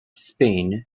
spain